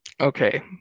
Okay